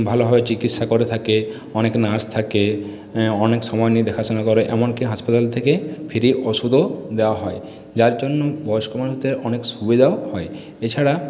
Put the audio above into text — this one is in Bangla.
ভালোভাবে চিকিৎসা করে থাকে অনেক নার্স থাকে অনেক সময় নিয়ে দেখা করে এমনকি হাসপাতাল থেকে ফ্রি ওষুধও দেওয়া হয় যার জন্য বয়স্ক মানুষদের অনেক সুবিধাও হয় এছাড়া